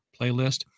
playlist